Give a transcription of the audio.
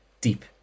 deep